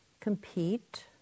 compete